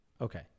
Okay